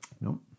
No